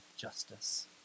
justice